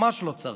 ממש לא צריך.